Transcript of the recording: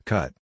Cut